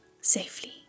safely